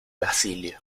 basilio